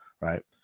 right